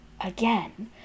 again